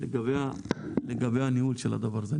לגבי הניהול של הדבר הזה.